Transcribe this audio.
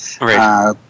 Right